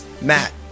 Matt